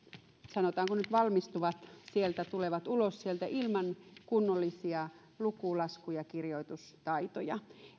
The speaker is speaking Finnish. sanotaanko nyt valmistuvat sieltä tulevat ulos sieltä ilman kunnollisia luku lasku ja kirjoitustaitoja